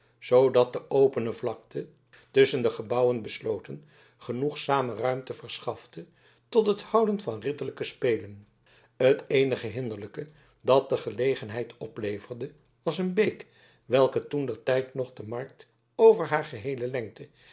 zoodat de opene vlakte tusschen de gebouwen besloten genoegzame ruimte verschafte tot het houden van ridderlijke spelen het eenige hinderlijke dat de gelegenheid opleverde was een beek welke toen ter tijd nog de markt over haar geheele lengte